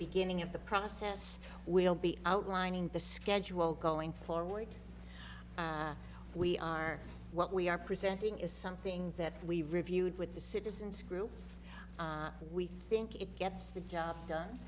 beginning of the process we'll be outlining the schedule going forward we are what we are presenting is something that we reviewed with the citizens group we think it gets the job done